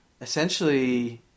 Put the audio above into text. essentially